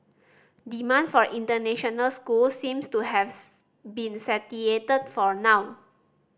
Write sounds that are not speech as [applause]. demand for international schools seems to have [unintelligible] been [unintelligible] for now